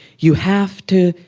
you have to,